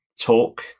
talk